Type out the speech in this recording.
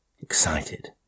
excited